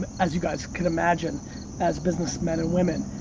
as you guys can imagine as businessmen and women.